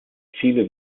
viele